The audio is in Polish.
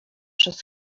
przez